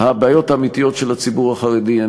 הבעיות האמיתיות של הציבור החרדי אין,